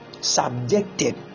subjected